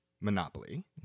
Monopoly